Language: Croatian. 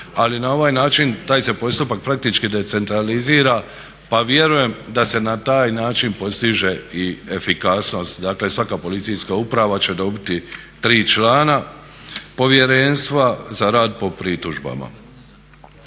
ali na ovaj način taj se postupak praktički decentralizira, pa vjerujem da se na taj način postiže i efikasnost. Dakle, svaka policijska uprava će dobiti 3 člana Povjerenstva za rad po pritužbama.